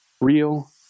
Real